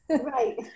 Right